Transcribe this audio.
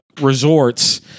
Resorts